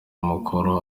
umukuru